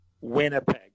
Winnipeg